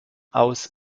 aus